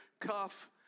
cuff